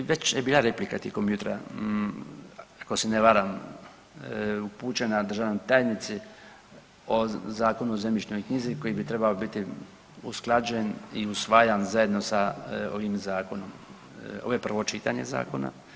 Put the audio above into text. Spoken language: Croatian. Već je bila replika tijekom jutra ako se ne varam upućena državnoj tajnici o Zakonu o zemljišnoj knjizi koji bi trebao biti usklađen i usvajan zajedno sa ovim zakonom, ovo je prvo čitanje zakona.